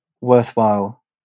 worthwhile